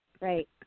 right